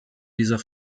dieser